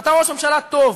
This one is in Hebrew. אתה ראש ממשלה טוב,